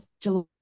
July